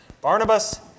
Barnabas